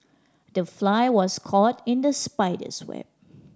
the fly was caught in the spider's web